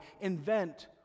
invent